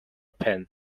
pen